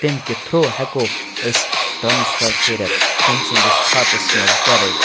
تَمہِ کہِ تھرٛوٗ ہٮ۪کو أسۍ ٹرٛانَسفَر ضوٚرَتھ کَم سُنٛد کَرٕنۍ